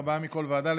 ארבעה מכל ועדה,